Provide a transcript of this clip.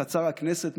בחצר הכנסת,